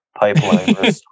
pipeline